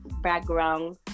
background